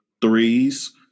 threes